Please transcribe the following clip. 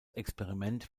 experiment